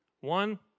One